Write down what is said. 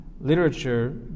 literature